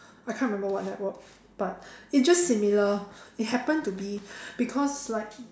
I can't remember what network but it's just similar it happen to be because like